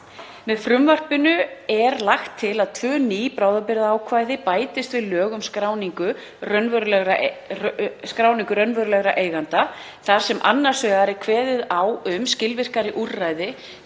Með frumvarpinu er lagt til að tvö ný bráðabirgðaákvæði bætist við lög um skráningu raunverulegra eigenda þar sem annars vegar er kveðið á um skilvirkari úrræði